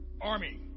Army